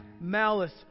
malice